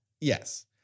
Yes